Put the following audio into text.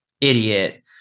idiot